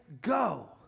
go